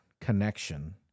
connection